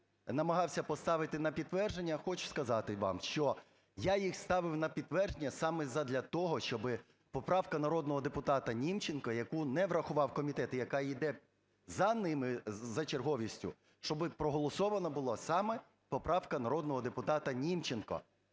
намагався поставити на підтвердження, хочу сказати вам, що я їх ставив на підтвердження саме задля того, щоби поправка народного депутата Німченка, яку не врахував комітет, і яка іде за ними за черговістю, щоби проголосована була саме поправка народного депутата Німченка.